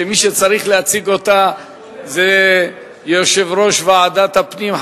שמי שצריך להציג אותה זה יושב-ראש ועדת הפנים,